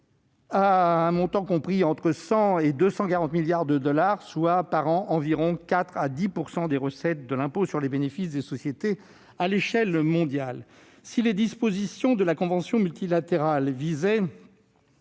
à un montant compris entre 100 milliards et 240 milliards de dollars par an, soit entre 4 % et 10 % des recettes de l'impôt sur le bénéfice des sociétés à l'échelle mondiale. Si les dispositions de la convention multilatérale visaient